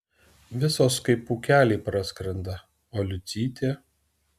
visos kaip pūkeliai praskrenda o liucytė